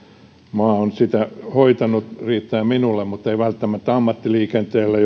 maa on sitä hoitanut riittää minulle mutta ei välttämättä ammattiliikenteelle